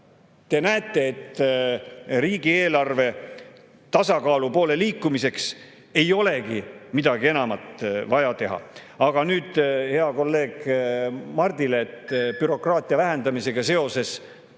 te näete, et riigieelarve tasakaalu poole liikumiseks ei olegi midagi enamat vaja teha. Aga nüüd heale kolleegile Mardile bürokraatia vähendamisega seoses: